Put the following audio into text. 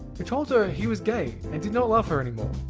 who told her he was gay and did not love her anymore.